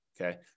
Okay